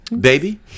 baby